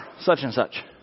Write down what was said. such-and-such